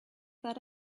that